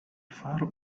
faro